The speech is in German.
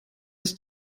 das